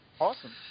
Awesome